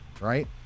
right